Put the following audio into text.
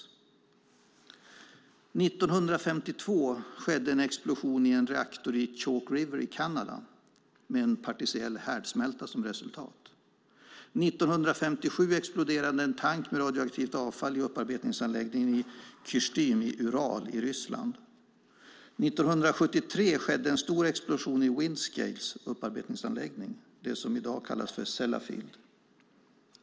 År 1952 skedde en explosion i en reaktor i Chalk River i Kanada, med en partiell härdsmälta som resultat. År 1957 exploderade en tank med radioaktivt avfall i upparbetningsanläggningen i Kysjtym i Uralområdet i Ryssland. År 1973 skedde en stor explosion i Windscales upparbetningsanläggning, som i dag kallas Sellafield.